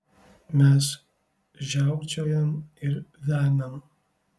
mes žiaukčiojam ir vemiam